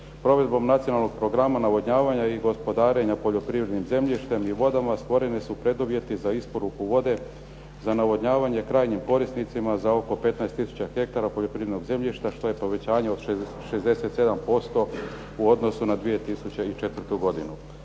Provedbom Nacionalnog programa navodnjavanja i gospodarenja poljoprivredni zemljištem i vodama stvoreni su preduvjeti za isporuku vodu za navodnjavanje krajnjim korisnicima za oko 15 tisuća hektara poljoprivrednog zemljišta što je povećanje od 67% u odnosu na 2004. godinu.